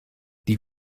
die